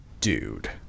dude